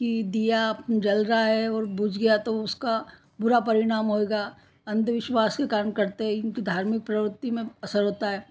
कि दिया जल रहा है और बुझ गया तो उसका बुरा परिणाम होएगा अंधविश्वास के कारण करते है उनकी धार्मिक प्रवृत्ति में असर होता है